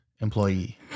employee